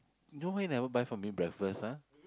you don't mean that you all buy for me breakfast lah